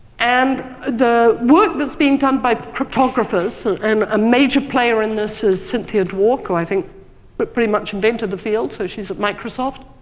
and the work that's being done by cryptographers, so and a major player in this is cynthia dwork who i think but pretty much invented the field. so she's at microsoft,